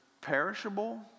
perishable